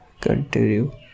continue